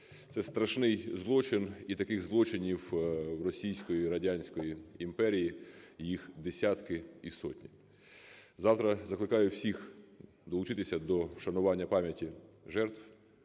Це страшний злочин. І таких злочинів в російської, радянської імперії їх десятки і сотні. Завтра закликаю всіх долучитися до вшанування пам'яті жертв,